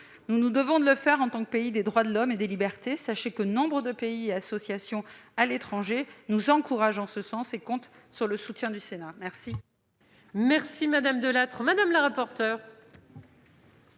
Nous nous devons voter une telle mesure en tant que pays des droits de l'homme et des libertés. Sachez que nombre de pays et associations à l'étranger nous encouragent en ce sens et comptent sur le soutien du Sénat. Quel